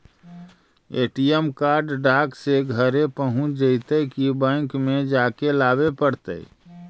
ATM card डाक से घरे पहुँच जईतै कि बैंक में जाके लाबे पड़तै?